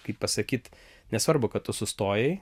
kaip pasakyt nesvarbu kad tu sustojai